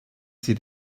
sie